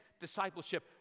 discipleship